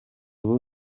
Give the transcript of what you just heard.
ubu